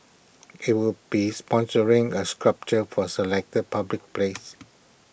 IT will be sponsoring A sculpture for A selected public place